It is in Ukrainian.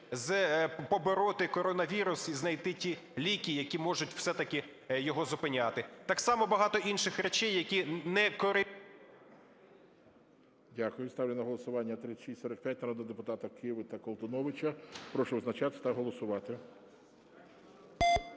побороти коронавірус і знайти ті ліки, які можуть все-таки його зупиняти. Так само багато інших речей, які не… ГОЛОВУЮЧИЙ. Дякую. Ставлю на голосування 3645 народного депутата Киви та Колтуновича. Прошу визначатися та голосувати.